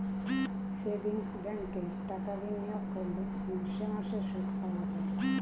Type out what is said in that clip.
savings ব্যাঙ্কে টাকা বিনিয়োগ করলে মাসে মাসে সুদ পাওয়া যায়